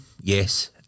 Yes